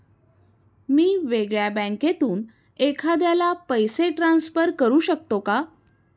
मी वेगळ्या बँकेतून एखाद्याला पैसे ट्रान्सफर करू शकतो का?